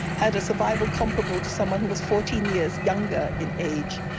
had a survival comparable to someone who was fourteen years younger in age.